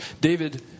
David